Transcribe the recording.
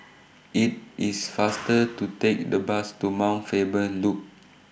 IT IS faster to Take The Bus to Mount Faber Loop